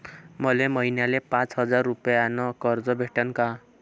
मले महिन्याले पाच हजार रुपयानं कर्ज भेटन का?